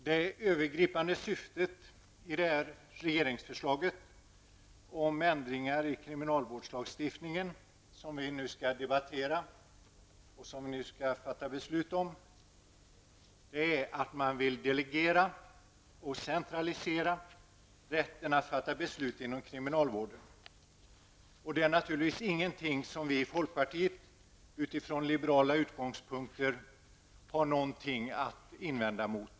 Herr talman! Det övergripande syftet i regeringens förslag om ändringar i kriminalvårdslagstiftningen, som vi nu skall debattera och fatta beslut om, är att man vill delegera och decentralisera rätten att fatta beslut inom kriminalvården. Detta är naturligtvis ingenting som vi i folkpartiet utifrån liberala utgångspunkter har någonting att invända mot.